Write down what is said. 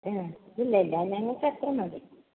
ആ ഇല്ല ഇല്ല ഞങ്ങൾക്ക് അത്ര മതി